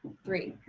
three.